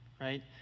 right